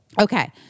Okay